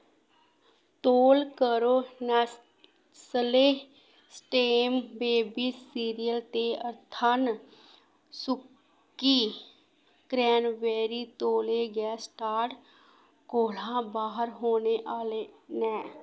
तौल करो Nestle stem baby cereal ते अर्थन सुक्की क्रैनबेरी तौले गै स्टार्ट कोला बाह्र होने आह्ले न